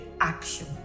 action